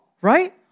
right